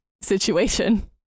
situation